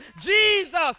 Jesus